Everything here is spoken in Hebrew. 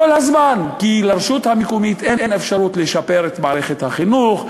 כי לרשות המקומית אין אפשרות לשפר את מערכת החינוך,